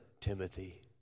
Timothy